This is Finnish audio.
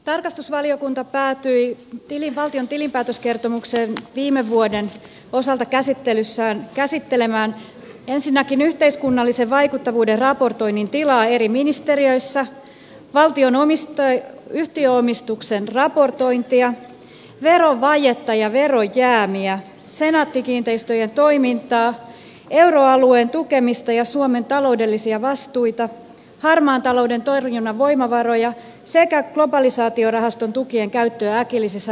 tarkastusvaliokunta päätyi viime vuoden valtion tilinpäätöskertomuksen osalta käsittelyssään käsittelemään ensinnäkin yhteiskunnallisen vaikuttavuuden raportoinnin tilaa eri ministeriöissä valtion yhtiöomistuksen raportointia verovajetta ja verojäämiä senaatti kiinteistöjen toimintaa euroalueen tukemista ja suomen taloudellisia vastuita harmaan talouden torjunnan voimavaroja sekä globalisaatiorahaston tukien käyttöä äkillisissä rakennemuutoksissa